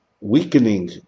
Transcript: weakening